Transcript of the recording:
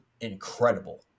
incredible